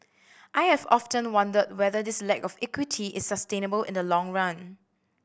I have often wondered whether this lack of equity is sustainable in the long run